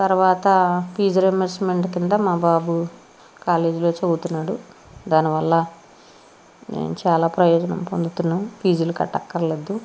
తర్వాత fee reimbursement కింద మా బాబు కాలేజులో చదువుతున్నాడు దానివల్ల మేము చాలా ప్రయోజనం పొందుతున్నాము ఫీజులు కట్టక్కర్లేదు